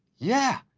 yeah,